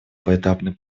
поэтапный